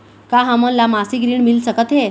का हमन ला मासिक ऋण मिल सकथे?